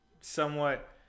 somewhat